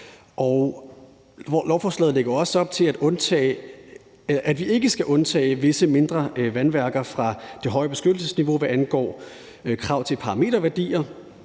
Lovforslaget lægger også op til, at vi ikke skal undtage visse mindre vandværker fra det høje beskyttelsesniveau, hvad angår krav til parameterværdier,